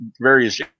various